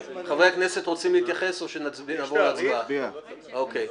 מוסי, בסדר, מה שסיכמנו.